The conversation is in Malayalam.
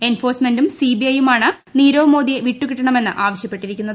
എൻഫോഴ്സ്മെന്റും സിബിഐയുമാണ് നീരവ്മോദിയെ വിട്ടുകിട്ടണമെന്ന് ആവശ്യപ്പെട്ടിരിക്കുന്നത്